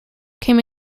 came